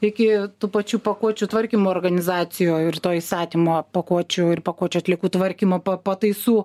iki tų pačių pakuočių tvarkymo organizacijoj ir to įstatymo pakuočių ir pakuočių atliekų tvarkymo pa pataisų